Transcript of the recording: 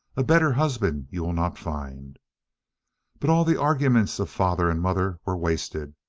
a better husband you will not find but all the arguments of father and mother were wasted,